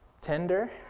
tender